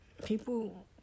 People